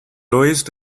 lowest